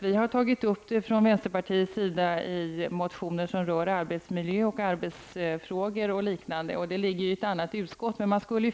Vi i vänsterpartiet har tagit upp dem i motioner som bl.a. rör arbetsmiljö och liknande, men dessa frågor hör till ett annat utskott.